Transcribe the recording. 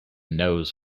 knows